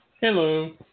Hello